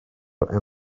yng